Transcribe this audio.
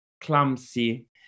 clumsy